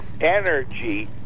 energy